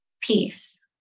peace